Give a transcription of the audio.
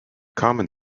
common